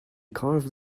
carved